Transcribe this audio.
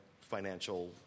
financial